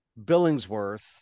billingsworth